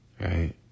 right